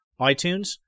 iTunes